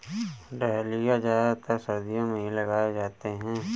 dahlia ज्यादातर सर्दियो मे ही लगाये जाते है